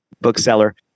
bookseller